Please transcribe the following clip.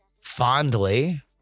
fondly